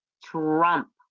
Trump